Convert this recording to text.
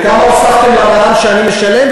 וכמה הוספתם למע"מ שאני משלם,